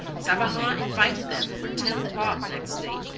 savarin invited them for ten o'clock next day,